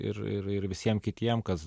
ir ir visiem kitiem kas